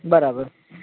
બરાબર